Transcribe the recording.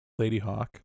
Ladyhawk